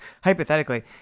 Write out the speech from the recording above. hypothetically